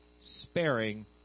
sparing